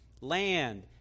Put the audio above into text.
land